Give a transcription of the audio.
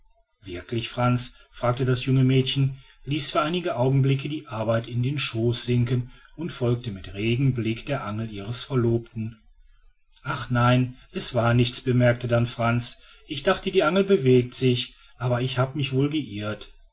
wirklich frantz fragte das junge mädchen ließ für einige augenblicke die arbeit in den schooß sinken und folgte mit regem blick der angel ihres verlobten ach nein es war nichts bemerkte dann frantz ich dachte die angel bewegte sich aber ich habe mich wohl geirrt